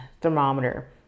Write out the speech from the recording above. thermometer